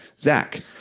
Zach